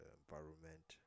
environment